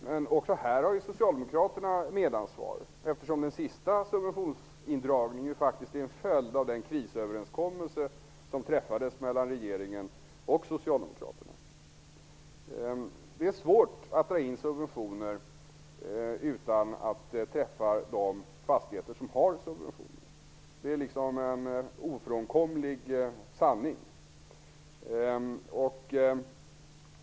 Men också här har socialdemokraterna ett medansvar, eftersom den senaste subventionsindragningen faktiskt är en följd av den krisöverenskommelse som träffades mellan regeringen och socialdemokraterna. Det är svårt att dra in subventioner utan att det träffar de fastigheter som har subventioner. Det är en ovedersäglig sanning.